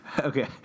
Okay